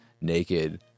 naked